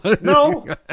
No